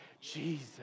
Jesus